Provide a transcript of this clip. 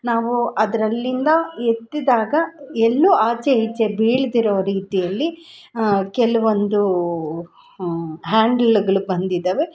ನಾವು ಅದರಲ್ಲಿಂದ ಎತ್ತಿದಾಗ ಎಲ್ಲೂ ಆಚೆ ಈಚೆ ಬೀಳದಿರೊ ರೀತಿಯಲ್ಲಿ ಕೆಲವೊಂದೂ ಹ್ಯಾಂಡ್ಲುಗಳು ಬಂದಿದಾವೆ